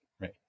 Right